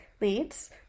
Leads